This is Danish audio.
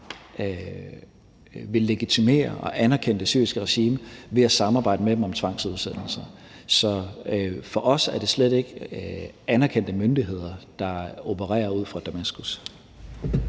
vil legitimere og anerkende det syriske regime ved at samarbejde med dem om tvangsudsendelser. Så for os er det slet ikke anerkendte myndigheder, der opererer ud fra Damaskus.